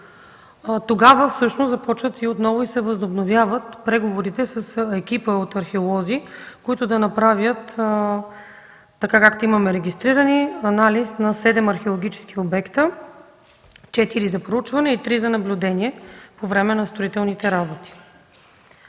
тогава всъщност започват отново и се възобновяват преговорите с екипа от археолози, които да направят, както имаме регистрирани, анализ на седем археологически обекта – четири за проучване и три за наблюдение по време на строителните работи.